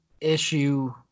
issue